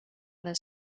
this